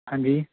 ਹਾਂਜੀ